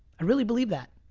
i really believe that.